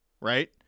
right